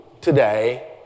today